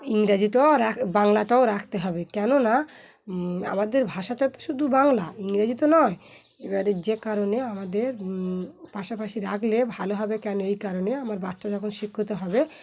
ইংরাজিটাও বাংলাটাও রাখতে হবে কেননা আমাদের ভাষাটা তো শুধু বাংলা ইংরোজি তো নয় এবারে যে কারণে আমাদের পাশাপাশি রাখলে ভালো হবে কেন এই কারণে আমার বাচ্চা যখন শিক্ষিত হবে